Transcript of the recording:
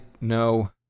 No